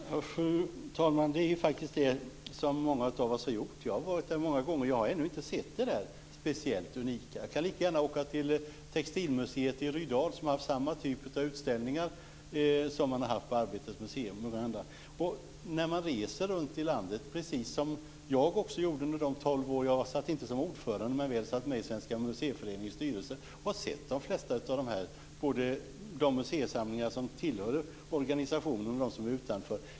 Fru talman! Det är faktiskt det som många av oss har gjort. Jag har varit där många gånger, och jag har ännu inte sett det där speciellt unika. Jag kan lika gärna åka till textilmuseet i Rydal, som har haft samma typ av utställningar som man haft på Arbetets museum. Jag har också rest runt i landet under de tolv år jag satt inte ordförande men väl i Svenska museiföreningens styrelse och har sett de flesta av dessa museisamlingar, både de som tillhör organisationen och de som är utanför.